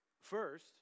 First